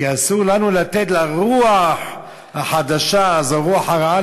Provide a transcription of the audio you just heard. כי אסור לנו לתת לרוח החדשה" זו הרוח הרעה,